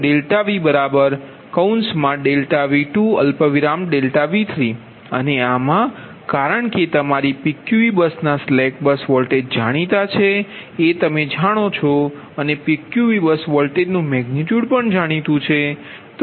∆V∆V2 ∆V3 અને આમાં કારણ કે તમારી PQV બસના સ્લેક બસ વોલ્ટેજ જાણીતા છે એ તમે જાણો છો અને PQV બસ વોલ્ટેજનુ મેગનિટયુડ પણ જાણીતું છે